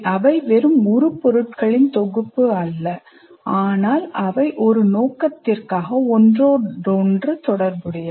அவை வெறும் உருபொருட்களின் தொகுப்பு அல்ல ஆனால் அவை ஒரு நோக்கத்திற்காக ஒன்றோடொன்று தொடர்புடையவை